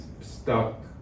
stuck